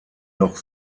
noch